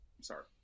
sorry